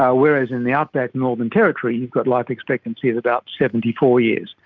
ah whereas in the outback northern territory you've got life expectancy of about seventy four years,